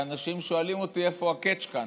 ואנשים שואלים אותי איפה ה-catch כאן,